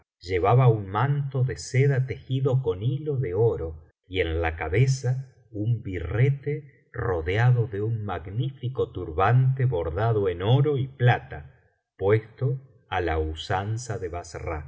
llevaba un manto de seda tejido con hilo de oro y en la cabeza un birrete rodeado de un magnífico turbante bordado en oro y plata puesto á la usanza de b